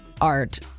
art